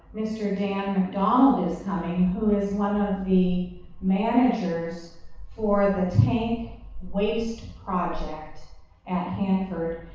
mr. dan mcdonald is coming, who is one of the managers for the tank waste project at hanford,